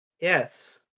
Yes